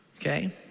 Okay